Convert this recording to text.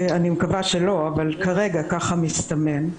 אני מקווה שלא אבל כרגע ככה מסתמן,